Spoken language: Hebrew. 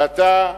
ואתה,